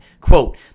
Quote